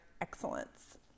excellence